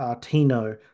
Tino